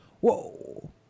Whoa